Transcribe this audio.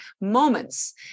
moments